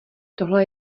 tohle